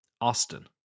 Austin